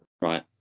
Right